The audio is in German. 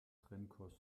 trennkost